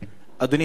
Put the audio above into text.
אדוני היושב-ראש,